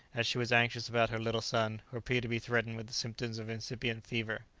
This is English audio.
as she was anxious about her little son, who appeared to be threatened with the symptoms of incipient fever.